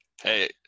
Hey